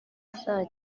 saa